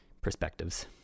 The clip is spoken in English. perspectives